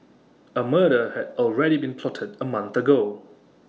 A murder had already been plotted A month ago